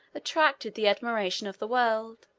attracted the admiration of the world.